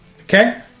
Okay